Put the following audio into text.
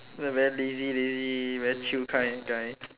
very lazy lazy very chill kind guy